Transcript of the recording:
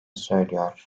söylüyor